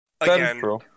Again